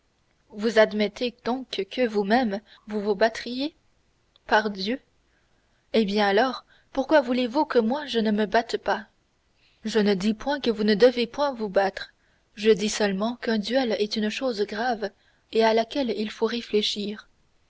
vous admettez donc que vous-même vous vous battriez pardieu eh bien alors pourquoi voulez-vous que moi je ne me batte pas je ne dis point que vous ne devez point vous battre je dis seulement qu'un duel est une chose grave et à laquelle il faut réfléchir